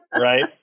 Right